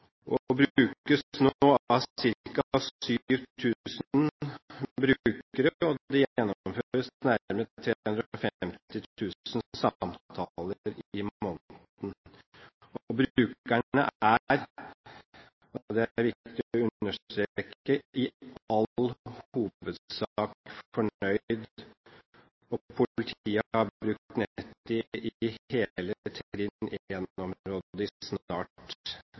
Det brukes nå av ca. 7 000 brukere, og det gjennomføres nærmere 350 000 samtaler i måneden. Brukerne er – og det er viktig å understreke – i all hovedsak fornøyd. Politiet har brukt nettet i hele